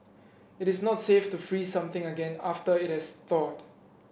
it is not safe to freeze something again after it has thawed